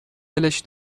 ولش